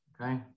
okay